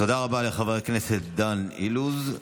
תודה רבה לחבר הכנסת דן אילוז.